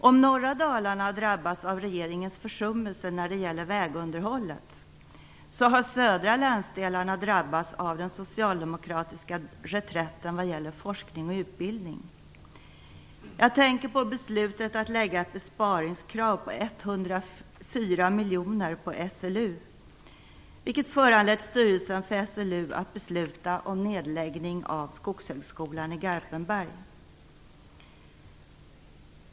Om norra Dalarna drabbats av regeringens försummelser när det gäller vägunderhållet så har de södra länsdelarna drabbats av den socialdemokratiska reträtten vad gäller forskning och utbildning. Jag tänker på beslutet att lägga ett besparingskrav på 104 miljoner på SLU, vilket föranlett styrelsen för SLU att besluta om nedläggning av Skogshögskolan i Garpenberg.